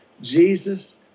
Jesus